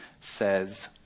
says